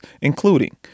including